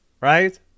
right